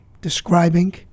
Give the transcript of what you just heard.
describing